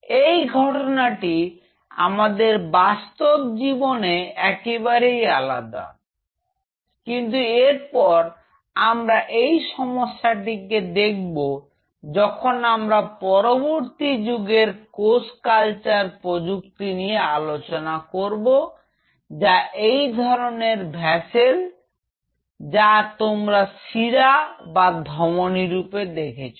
এই ঘটনাটি আমাদের বাস্তব জীবনে একেবারেই আলাদা কিন্তু এরপর আমরা এই সমস্যাটিকে দেখব যখন আমরা পরবর্তী যুগের কোষ কালচার প্রযুক্তি নিয়ে আলোচনা করব যা এই ধরনের ভেসেল যা তোমরা শিরা বা ধমনির রূপে দেখেছো